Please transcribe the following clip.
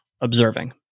observing